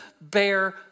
bear